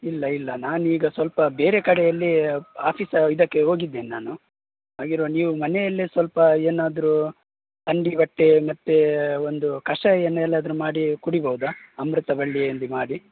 ಇಲ್ಲ ಇಲ್ಲ ನಾನೀಗ ಸ್ವಲ್ಪ ಬೇರೆ ಕಡೆಯಲ್ಲಿ ಆಫೀಸ್ ಇದಕ್ಕೆ ಹೋಗಿದ್ದೇನೆ ನಾನು ಹಾಗಿರುವಾಗ ನೀವು ಮನೆಯಲ್ಲೇ ಸ್ವಲ್ಪ ಏನಾದರು ಥಂಡಿ ಬಟ್ಟೆ ಮತ್ತೆ ಒಂದು ಕಷಾಯ ಏನೇಲ್ಲಾದರು ಮಾಡಿ ಕುಡಿಬೌದಾ ಅಮೃತ ಬಳ್ಳಿಯಲ್ಲಿ ಮಾಡಿ